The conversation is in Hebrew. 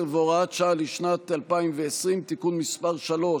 10 והוראת שעה לשנת 2020) (תיקון מס' 3),